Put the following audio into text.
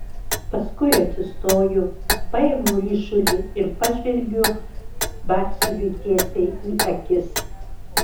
paskui atsistoju paimu ryšulį ir pažvelgiu batsiuviui tiesiai į akis